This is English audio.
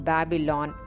Babylon